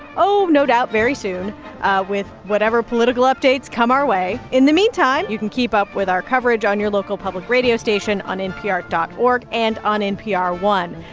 oh, no doubt, very soon with whatever political updates come our way. in the meantime, you can keep up with our coverage on your local public radio station, on npr dot org and on npr one.